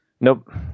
Nope